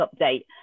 update